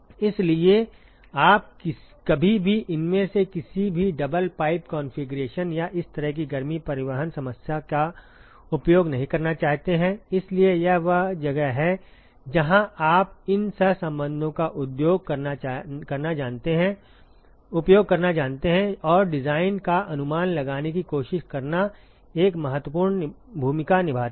इसलिए आप कभी भी इनमें से किसी भी डबल पाइप कॉन्फ़िगरेशन या इस तरह की गर्मी परिवहन समस्या का उपयोग नहीं करना चाहते हैं इसलिए यह वह जगह है जहां आप इन सहसंबंधों का उपयोग करना जानते हैं और डिजाइन का अनुमान लगाने की कोशिश करना एक महत्वपूर्ण भूमिका निभाता है